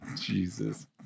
Jesus